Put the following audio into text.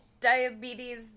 diabetes